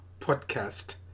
podcast